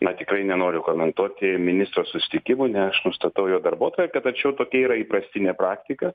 na tikrai nenoriu komentuoti ministro susitikimų ne aš nustatau jo darbotvarkę tačiau tokia yra įprastinė praktika